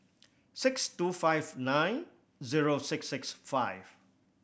six two five nine zero six six five